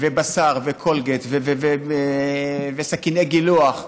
ובשר, וקולגייט, וסכיני גילוח,